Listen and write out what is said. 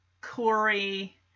Corey